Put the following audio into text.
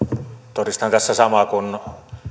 todistan tässä samaa kuin